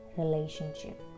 relationship